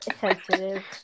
sensitive